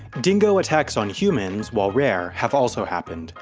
dingo attacks on humans, while rare, have also happened.